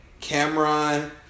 Cameron